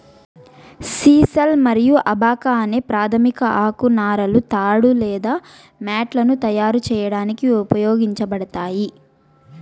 sisal మరియు abaca అనే ప్రాధమిక ఆకు నారలు తాడు లేదా మ్యాట్లను తయారు చేయడానికి ఉపయోగించబడతాయి